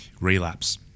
relapse